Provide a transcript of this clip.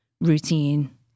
routine